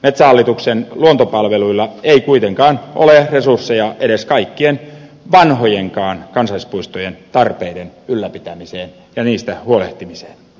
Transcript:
metsähallituksen luontopalveluilla ei kuitenkaan ole resursseja edes kaikkien vanhojenkaan kansallispuistojen tarpeiden ylläpitämiseen ja niistä huolehtimiseen